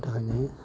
थाखायनो